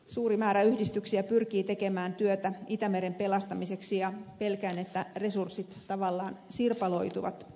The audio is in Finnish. suuri määrä yhdistyksiä pyrkii tekemään työtä itämeren pelastamiseksi ja pelkään että resurssit tavallaan sirpaloituvat